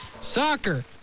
soccer